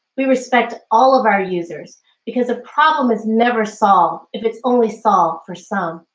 we respect all of our users because a problem is never solved if it's only solved for some.